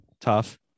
tough